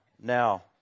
now